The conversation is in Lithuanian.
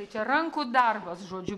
tai čia rankų darbas žodžiu